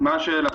מה השאלה?